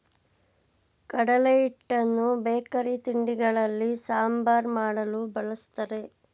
ಕಡಲೆ ಹಿಟ್ಟನ್ನು ಬೇಕರಿ ತಿಂಡಿಗಳಲ್ಲಿ, ಸಾಂಬಾರ್ ಮಾಡಲು, ಬಳ್ಸತ್ತರೆ